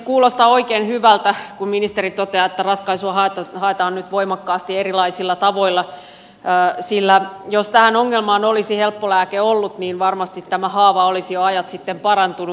kuulostaa oikein hyvältä kun ministeri toteaa että ratkaisua haetaan nyt voimakkaasti erilaisilla tavoilla sillä jos tähän ongelmaan olisi helppo lääke ollut niin varmasti tämä haava olisi jo ajat sitten parantunut